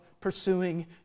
pursuing